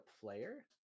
player